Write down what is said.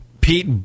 Pete